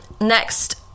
Next